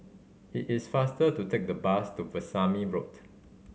it is faster to take the bus to Veesamy Road